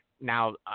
Now